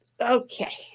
okay